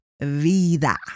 vida